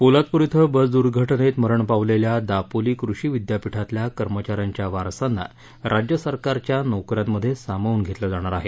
पोलादपूर इथविस दुर्घवित मरण पावलेल्या दापोली कृषी विद्यापीठातल्या कर्मचाऱ्याच्या वारसाप्ती राज्य सरकारच्या नोकऱ्याच्या सामावून घेतलज्ञाणार आहे